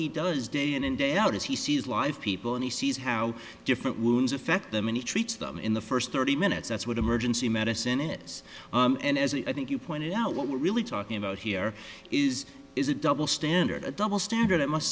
he does day in and day out as he sees live people and he sees how different wounds affect them and he treats them in the first thirty minutes that's what emergency medicine is and as i think you pointed out what we're really talking about here is is a double standard a double standard i must